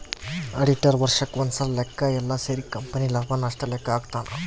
auditor ವರ್ಷಕ್ ಒಂದ್ಸಲ ಲೆಕ್ಕ ಯೆಲ್ಲ ಸೇರಿ ಕಂಪನಿ ಲಾಭ ನಷ್ಟ ಲೆಕ್ಕ ಹಾಕ್ತಾನ